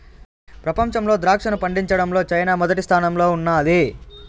ప్రపంచంలో ద్రాక్షను పండించడంలో చైనా మొదటి స్థానంలో ఉన్నాది